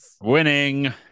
Winning